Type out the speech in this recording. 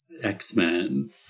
x-men